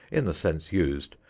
in the sense used,